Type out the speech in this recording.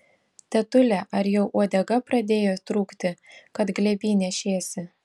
tetule ar jau uodega pradėjo trūkti kad glėby nešiesi